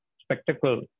spectacle